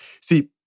See